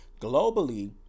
Globally